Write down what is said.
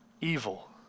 evil